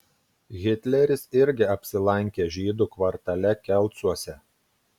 hitleris irgi apsilankė žydų kvartale kelcuose